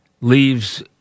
Leaves